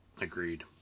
agreed